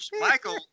Michael